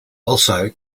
also